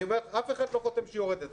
אני אומר לך, אף אחד לא חותם שהיא יורדת.